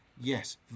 Yes